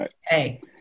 Hey